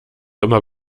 immer